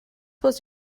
was